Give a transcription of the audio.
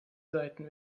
seiten